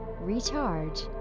recharge